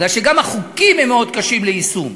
כי גם החוקים הם מאוד קשים ליישום.